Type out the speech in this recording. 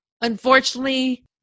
unfortunately